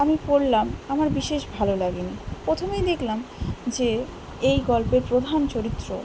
আমি পড়লাম আমার বিশেষ ভালো লাগেনি প্রথমেই দেখলাম যে এই গল্পের প্রধান চরিত্র